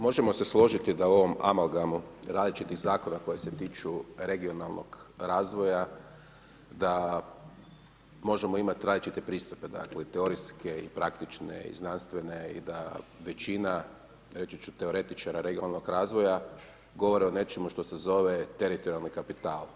Možemo se složiti da u ovom …/nerazumljivo/… zakona koje se tiču regionalnog razvoja da možemo imati različite pristupe, dakle teorijske i praktične i znanstvene i da većina reći ću teoretičara regionalnog razvoja govore o nečemu što se zove teritorijalni kapital.